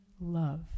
love